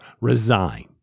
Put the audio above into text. resign